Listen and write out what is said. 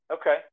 Okay